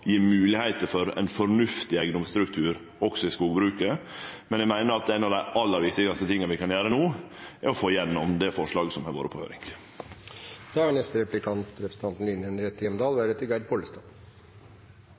for ein fornuftig eigedomsstruktur også i skogbruket, men eg meiner at ein av dei aller viktigaste tinga vi kan gjere no, er å få igjennom det forslaget som har vore på